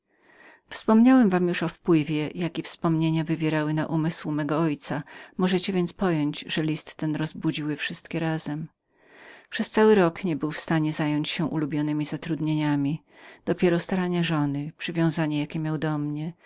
wspominałem wam już o władzy jaką wspomnienieniawspomnienia wywierały na umyśle mego ojca możecie więc pojąć że list ten rozbudził je wszystkie razem blizko przez rok nie był w stanie zajęcia się ulubionemi zatrudnieniami dopiero starania żony przywiązanie jakie miał do mnie